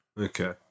okay